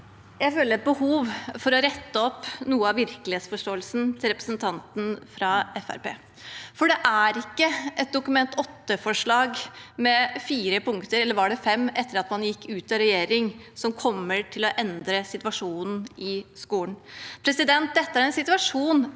Jeg føler et behov for å rette opp noe av virkelighetsforståelsen til representanten fra Fremskrittspartiet, for det er ikke et Dokument 8-forslag med fem punkter, etter at man gikk ut av regjering, som kommer til å endre situasjonen i skolen. Dette er en situasjon